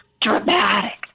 dramatic